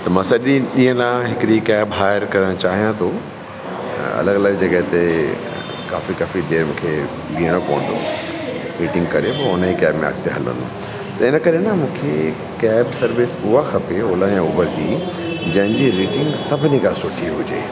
त मां सॼे ॾींहं लाइ हिकिड़ी कैब हायर करणु चाहियां थो अलॻि अलॻि जगह ते काफ़ी काफ़ी देरि मूंखे बीहणो पवंदो मीटिंग करे पोइ उन ई कैब में अॻिते हलंदुमि त इनकरे न मूंखे कैब सर्विस ऊअं खपे ओला ऐं ऊबर जी जंहिंजी रेटिंग सभिनी खां सुठी हुजे